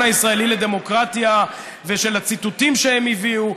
הישראלי לדמוקרטיה ואת הציטוטים שהם הביאו.